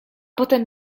potem